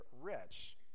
rich